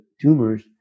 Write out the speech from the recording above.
tumors